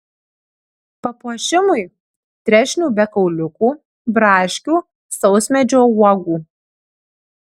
papuošimui trešnių be kauliukų braškių sausmedžio uogų